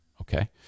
Okay